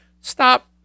Stop